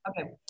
Okay